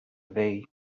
away